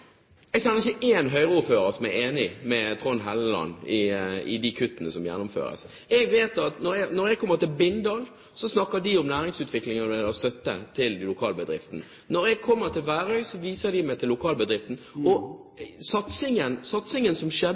ikke én Høyre-ordfører som er enig med Trond Helleland i de kuttene som gjennomføres. Når jeg kommer til Bindal, snakker de om næringsutvikling når det gjelder støtte til lokalbedriften. Når jeg kommer til Værøy, viser de meg til lokalbedriften. Og satsingen på kaiutvikling i Bø ville aldri ha skjedd